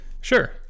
Sure